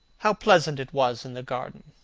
how pleasant it was in the garden!